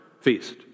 feast